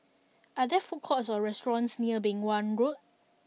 are there food courts or restaurants near Beng Wan Road